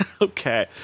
Okay